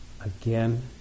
again